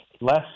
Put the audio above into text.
less